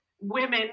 women